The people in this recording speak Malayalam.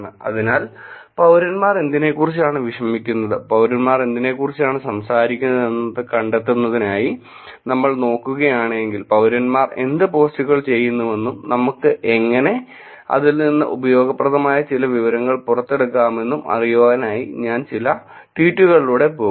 അതിനാൽ പൌരന്മാർ എന്തിനെക്കുറിച്ചാണ് വിഷമിക്കുന്നത് പൌരന്മാർ എന്തിനെക്കുറിച്ചാണ് സംസാരിക്കുന്നതെന്ന് കണ്ടെത്തുന്നതിനായി നമ്മൾ നോക്കുകയാണെങ്കിൽ പൌരന്മാർ എന്ത് പോസ്റ്റുകൾ ചെയ്യുന്നുവെന്നും നമുക്ക് എങ്ങനെ അതിൽ നിന്നും ഉപയോഗപ്രദമായ ചില വിവരങ്ങൾ പുറത്തെടുക്കാമെന്നും അറിയുവാനായി ഞാൻ ചില ട്വീറ്റുകളിലൂടെ പോകും